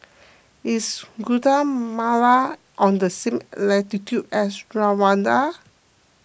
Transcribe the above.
is Guatemala on the same latitude as Rwanda